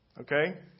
Okay